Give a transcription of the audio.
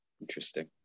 Interesting